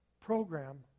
program